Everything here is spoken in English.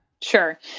Sure